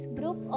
group